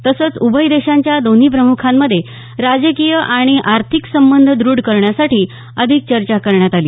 तसंच उभय देशांच्या दोन्ही प्रमुखांमध्ये राजकीय आणि आर्थिक संबंध दृढ करण्यासाठी अधिक चर्चा करण्यात आली